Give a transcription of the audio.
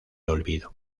olvido